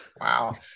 Wow